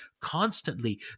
constantly